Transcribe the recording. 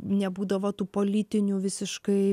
nebūdavo tų politinių visiškai